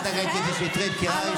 חברת הכנסת קטי שטרית, קריאה ראשונה.